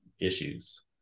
issues